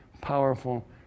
powerful